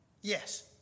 Yes